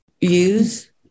use